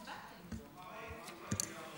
אפשר לדעת מה הרשימה?